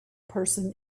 person